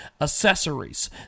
accessories